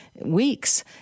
weeks